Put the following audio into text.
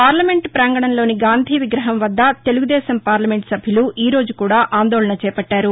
parliament పాంగణంలోని గాంధీ విగ్రహం వద్ద తెలుగుదేశం పార్లమెంటు సభ్యులు ఈ రోజు కూడా అందోళన చేపట్టారు